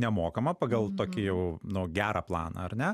nemokama pagal tokį jau no gerą planą ar ne